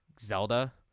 Zelda